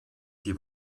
die